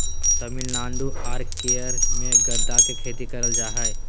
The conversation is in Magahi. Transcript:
तमिलनाडु आर केरल मे गदा के खेती करल जा हय